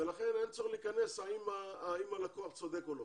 ולכן אין צורך להיכנס לשאלה האם הלקוח צודק או לא.